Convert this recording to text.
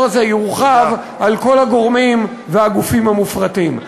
הזה יורחב על כל הגורמים והגופים המופרטים.